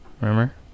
Remember